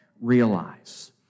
realize